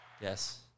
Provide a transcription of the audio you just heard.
yes